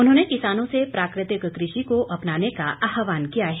उन्होंने किसानों से प्राकृतिक कृषि को अपनाने का आहवान किया है